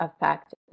affect